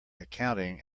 accounting